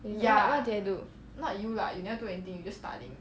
what what did I do